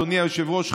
אדוני היושב-ראש,